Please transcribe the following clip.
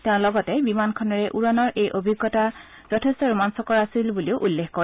তেওঁ লগতে বিমানখনেৰে উৰণৰ এই অভিজ্ঞতা যথেষ্ট ৰোমাঞ্চকৰ আছিল বুলিও উল্লেখ কৰে